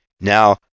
Now